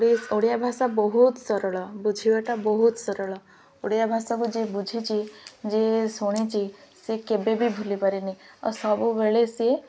ଓଡ଼ିଆ ଭାଷା ବହୁତ ସରଳ ବୁଝିବାଟା ବହୁତ ସରଳ ଓଡ଼ିଆ ଭାଷାକୁ ଯିଏ ବୁଝିଛି ଯିଏ ଶୁଣିଛି ସିଏ କେବେ ବିି ଭୁଲିପାରେନି ଆଉ ସବୁବେଳେ ସିଏ